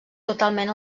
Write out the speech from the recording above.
totalment